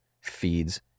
feeds